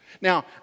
Now